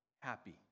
happy